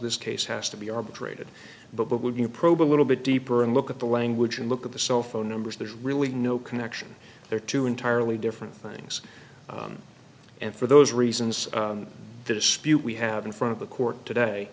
this case has to be arbitrated but it would be a probe a little bit deeper and look at the language and look at the cell phone numbers there's really no connection there are two entirely different things and for those reasons the dispute we have in front of the court today